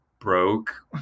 broke